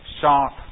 sharp